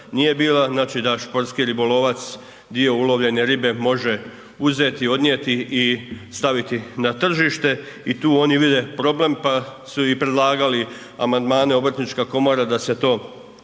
nije bila, da športski ribolovac dio ulovljene ribe može uzeti i odnijeti i staviti na tržište i tu oni vide problem pa su i predlagali amandmane, Obrtnička komora da se to precizira